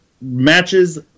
matches